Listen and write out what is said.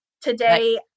today